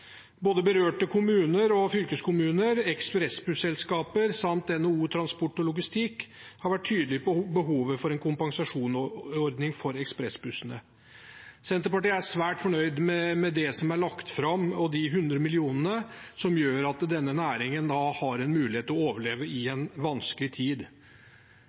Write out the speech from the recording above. Både berørte kommuner, fylkeskommuner, ekspressbusselskaper samt NHO Logistikk og Transport har vært tydelige på behovet for en kompensasjonsordning for ekspressbussene. Senterpartiet er svært fornøyd med det som er lagt fram, og de 100 mill. kr som gjør at næringen har en mulighet til å overleve i en vanskelig tid.